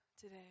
today